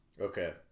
Okay